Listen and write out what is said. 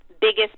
biggest